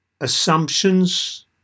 assumptions